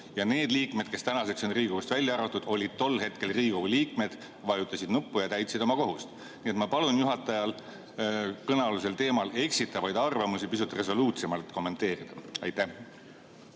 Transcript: Need liikmed, kes tänaseks on Riigikogust välja arvatud, olid tol hetkel Riigikogu liikmed, vajutasid nuppu ja täitsid oma kohust. Nii et ma palun juhatajal kõnealusel teemal eksitavaid arvamusi pisut resoluutsemalt kommenteerida. Aitäh!